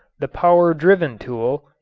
the power-driven tool,